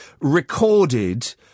recorded